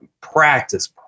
practice